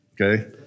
okay